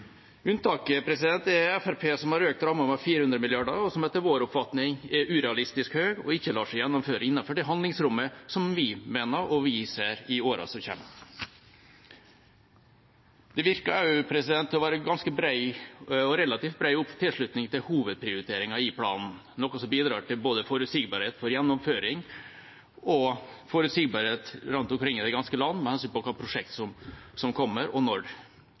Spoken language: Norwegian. Unntaket er Fremskrittspartiet, som har økt rammen med 400 mrd. kr, som etter vår oppfatning er urealistisk høyt og ikke lar seg gjennomføre innenfor det handlingsrommet vi mener å se i årene som kommer. Det virker også å være relativt bred tilslutning til hovedprioriteringene i planen, noe som bidrar til både forutsigbarhet for gjennomføring og forutsigbarhet rundt omkring i det ganske land med hensyn til hvilke prosjekt som kommer, og når.